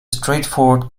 straightforward